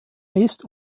ist